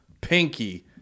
pinky